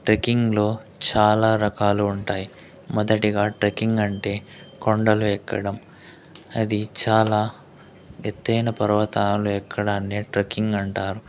trekking లో చాలా రకాలు ఉంటాయి మొదటిగా ట్రెక్కింగ్ అంటే కొండలు ఎక్కడం అది చాలా ఎత్తయిన పర్వతాలు ఎక్కడాన్నే ట్రెక్కింగ్ అంటారు